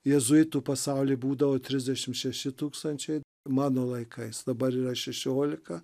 jėzuitų pasaulyje būdavo trisdešimt šeši tūkstančiai mano laikais dabar yra šešiolika